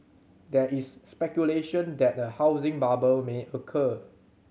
there is speculation that a housing bubble may occur